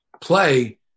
play